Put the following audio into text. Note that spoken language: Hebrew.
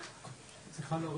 אני רוצה לומר